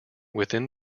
within